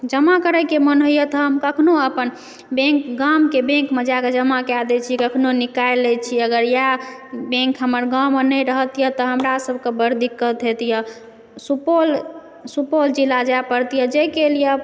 जमा करैके मोन होइया तऽ हम कखनो अपन बैङ्क गामके बैङ्कमे जा कऽ जमा कए दै छियै कखनो निकालि लै छियै अगर इएह बैङ्क हमर गाममे नहि रहतियै तऽ हमरा सबके बड़ दिक्कत होइत यऽ सुपौल सुपौल जिला जाइ पड़ैत यऽ जाइके लिए